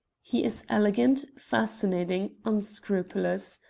he is elegant, fascinating, unscrupulous.